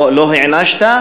לא הענשת,